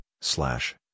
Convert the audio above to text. slash